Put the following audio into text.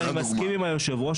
אני מסכים עם יושב הראש,